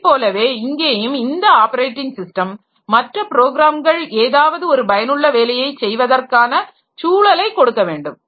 அதைப் போலவே இங்கேயும் இந்த ஆப்பரேட்டிங் ஸிஸ்டம் மற்ற ப்ரோக்ராம்கள் ஏதாவது ஒரு பயனுள்ள வேலையை செய்வதற்கான சூழலை கொடுக்க வேண்டும்